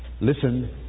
Listen